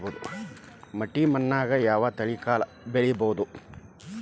ಮಟ್ಟಿ ಮಣ್ಣಾಗ್, ಯಾವ ತಳಿ ಕಾಳ ಬೆಳ್ಸಬೋದು?